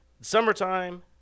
summertime